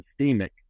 systemic